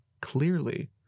clearly